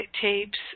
tapes